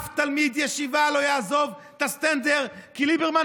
שום תלמיד ישיבה לא יעזוב את הסטנדר כי ליברמן,